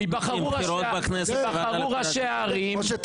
בחירות בכנסת --- ייבחרו ראשי הערים ומיד לאחר מכן --- משה,